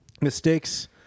mistakes